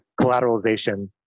collateralization